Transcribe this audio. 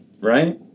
Right